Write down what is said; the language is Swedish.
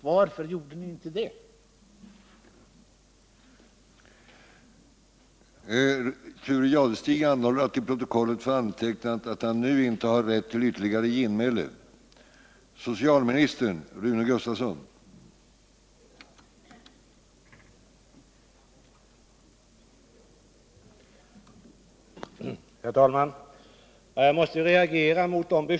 Varför har ni då inte gjort det? Torsdagen den